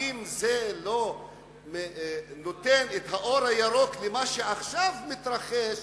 האם זה לא נותן את האור הירוק למה שעכשיו מתרחש